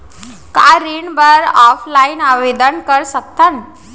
का ऋण बर ऑफलाइन आवेदन कर सकथन?